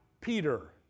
peter